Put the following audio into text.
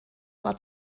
war